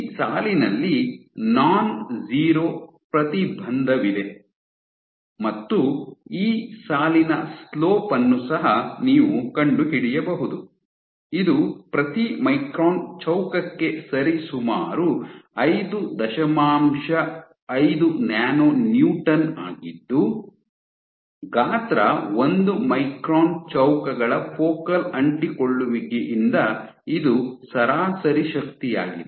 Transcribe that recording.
ಈ ಸಾಲಿನಲ್ಲಿ non zero ಪ್ರತಿಬಂಧವಿದೆ ಮತ್ತು ಈ ಸಾಲಿನ ಸ್ಲೋಪ್ ಅನ್ನು ಸಹ ನೀವು ಕಂಡುಹಿಡಿಯಬಹುದು ಇದು ಪ್ರತಿ ಮೈಕ್ರಾನ್ ಚೌಕಕ್ಕೆ ಸರಿಸುಮಾರು ಐದು ದಶಮಾಂಶ ಐದು ನ್ಯಾನೊ ನ್ಯೂಟನ್ ಆಗಿದ್ಧು ಗಾತ್ರ ಒಂದು ಮೈಕ್ರಾನ್ ಚೌಕಗಳ ಫೋಕಲ್ ಅಂಟಿಕೊಳ್ಳುವಿಕೆಯಿಂದ ಇದು ಸರಾಸರಿ ಶಕ್ತಿಯಾಗಿದೆ